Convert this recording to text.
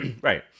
Right